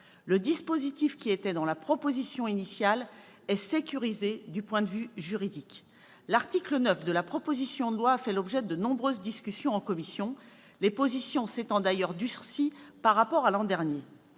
Le dispositif, qui figurait dans la proposition initiale, est sécurisé du point de vue juridique. L'article 9 de la proposition de loi a fait l'objet de nombreuses discussions en commission, les positions s'étant d'ailleurs durcies par rapport à l'an dernier.